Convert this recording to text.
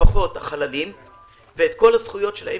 משפחות החללים וטיפלנו בכל הזכויות שלהם,